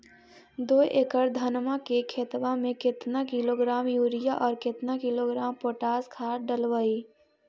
दो एकड़ धनमा के खेतबा में केतना किलोग्राम युरिया और केतना किलोग्राम पोटास खाद डलबई?